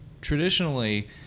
traditionally